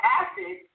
acid